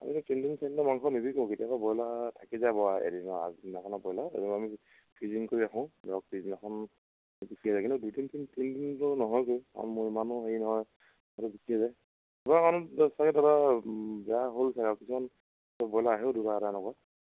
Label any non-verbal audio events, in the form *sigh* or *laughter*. আমিতো *unintelligible* মাংস নিবিকোঁ কেতিয়াবা ব্ৰইলাৰ থাকি যায় বাৰু এদিনৰ আগদিনাখনৰ ব্ৰইলাৰ *unintelligible* কৰি ৰাখোঁ ধৰক পিছদিনাখন বিকি যায় কিন্তু দুই তিন তিনদিনটো নহয়গৈ *unintelligible* হেৰি নহয় বিকি যায় কিবা কাৰণত চাগে দাদা বেয়া হ'ল চাগ আৰু কিছুমান ব্ৰইলাৰ আহে *unintelligible*